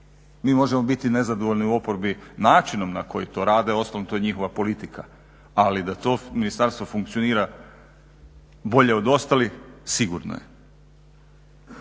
Mi možemo biti nezadovoljni u oporbi načinom na koji to rade, uostalom to je njihova politika ali da to ministarstvo funkcionira bolje od ostalih, sigurno je.